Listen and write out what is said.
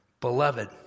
Beloved